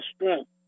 Strength